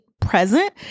present